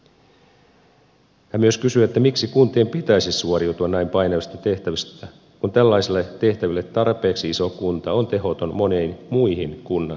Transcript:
hän myös kysyy miksi kuntien pitäisi suoriutua näin painavista tehtävistä kun tällaisille tehtäville tarpeeksi iso kunta on tehoton moniin muihin kunnan tehtäviin